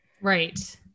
Right